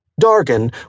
Dargan